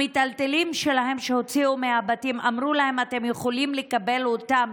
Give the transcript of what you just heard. על המיטלטלים שלהם שהוציאו מהבתים אמרו להם: אתם יכולים לקבל אותם